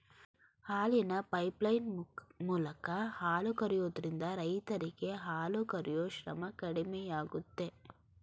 ಹಾಲಿನ ಪೈಪ್ಲೈನ್ ಮೂಲಕ ಹಾಲು ಕರಿಯೋದ್ರಿಂದ ರೈರರಿಗೆ ಹಾಲು ಕರಿಯೂ ಶ್ರಮ ಕಡಿಮೆಯಾಗುತ್ತೆ